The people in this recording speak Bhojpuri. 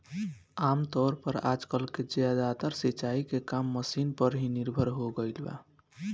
आमतौर पर आजकल के ज्यादातर सिंचाई के काम मशीन पर ही निर्भर हो गईल बा